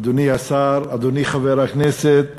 אולי אזדקק לעוד כמה